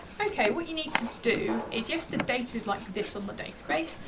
okay, what you need to do is, yes, the data is like this on the database,